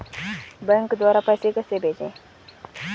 Bank द्वारा पैसे कैसे भेजें?